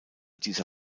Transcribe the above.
dieser